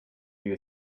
you